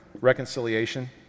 Reconciliation